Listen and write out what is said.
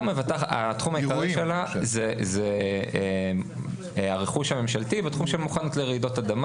תחום הביטוח העיקרי שלה זה הרכוש הממשלתי ותחום של מוכנות לרעדות אדמה,